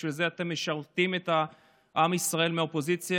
בשביל זה אתם משרתים את עם ישראל מהאופוזיציה,